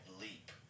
leap